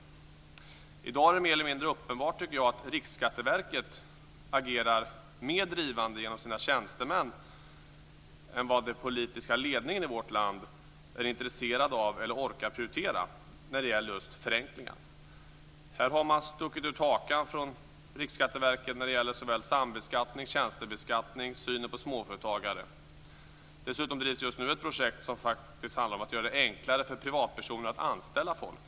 I dag tycker jag att det är mer eller mindre uppenbart att Riksskatteverket agerar mer drivande genom sina tjänstemän än vad den politiska ledning i vårt land är intresserad av att eller orkar prioritera när det gäller just förenklingar. Här har Riksskatteverket stuckit ut hakan när det gäller såväl sambeskattning och tjänstebeskattning som synen på småföretagare. Dessutom drivs just nu ett projekt som faktiskt handlar om att göra det enklare för privatpersoner att anställa folk.